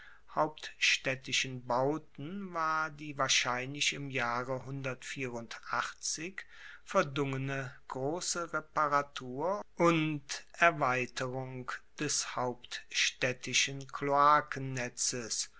hauptstaedtischen bauten war die wahrscheinlich im jahre vere grosse reparatur und erweiterung des hauptstaedtischen